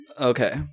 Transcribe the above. Okay